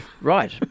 Right